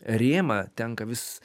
rėmą tenka vis